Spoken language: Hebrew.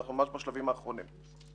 אנחנו ממש בשלבים האחרונים.